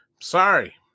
Sorry